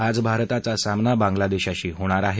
आज भारताचा सामना बांगला देशाशी होणार आहे